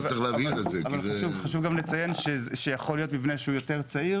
אבל חשוב לציין שיכול להיות גם מבנה יותר צעיר